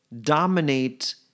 dominate